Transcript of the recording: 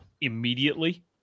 immediately